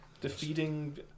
defeating